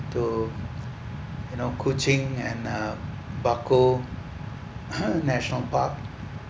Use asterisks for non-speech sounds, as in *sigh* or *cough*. to you know kuching and uh bako *coughs* national park